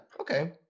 okay